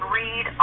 read